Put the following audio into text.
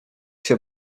się